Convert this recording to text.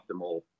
optimal